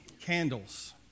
candles